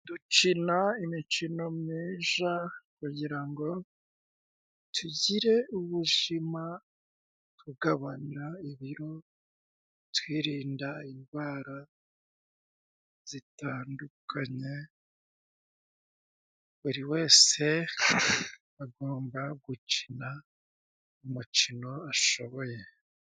Dukina imikino myiza kugira ngo tugire ubuzima, tugabanya ibiro, twirinda indwara zitandukanye. Buri wese agomba gukina umukino ashoboye.